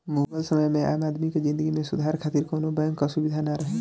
मुगल समय में आम आदमी के जिंदगी में सुधार खातिर कवनो बैंक कअ सुबिधा ना रहे